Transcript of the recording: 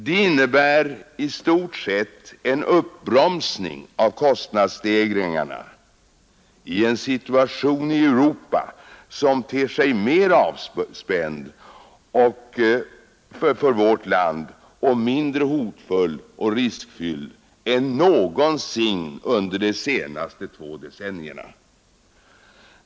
Det innebär i stort sett en uppbromsning av kostnadsstegringarna i en situation i Europa som ter sig mera avspänd för vårt land och mindre hotfull och riskfylld än någonsin under de senaste två decennierna.